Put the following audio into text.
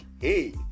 Hey